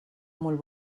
molt